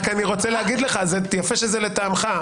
יפה שזה לטעמך,